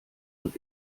und